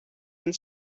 and